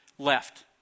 left